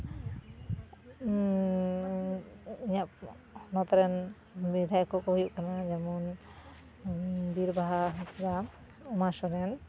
ᱤᱧᱟᱹᱜ ᱦᱚᱱᱚᱛ ᱨᱮᱱ ᱵᱤᱫᱷᱟᱭᱚᱠ ᱠᱚᱠᱚ ᱦᱩᱭᱩᱜ ᱠᱟᱱᱟ ᱡᱮᱢᱚᱱ ᱵᱤᱨ ᱵᱟᱦᱟ ᱦᱟᱸᱥᱫᱟ ᱩᱢᱟ ᱥᱚᱨᱮᱱ